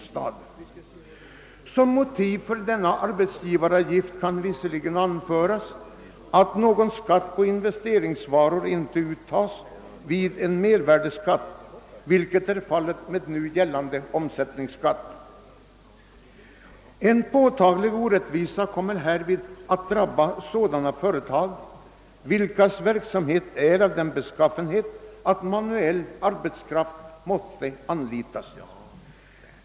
Som motiv för denna arbetsgivaravgift kan visserligen anföras att någon skatt på investeringsvaror inte uttas vid tillämpningen av mervärdeskatt, vilket är fallet vid nu gällande system med omsättningsskatt. Men en påtaglig orättvisa kommer att drabba sådana företag vilkas verksamhet är av den beskaffenhet att manuell arbetskraft måste anlitas.